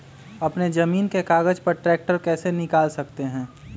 अपने जमीन के कागज पर ट्रैक्टर कैसे निकाल सकते है?